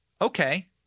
Okay